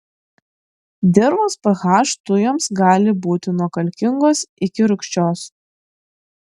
dirvos ph tujoms gali būti nuo kalkingos iki rūgščios